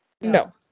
No